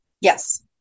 Yes